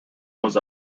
was